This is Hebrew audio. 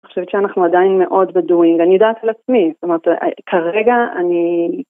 אני חושבת שאנחנו עדיין מאוד בדואינג, אני יודעת על עצמי, זאת אומרת כרגע אני...